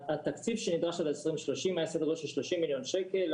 התקציב שנדרש עד ל-2030 היה סדר גודל של 30 מיליון שקל,